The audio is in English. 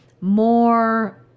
more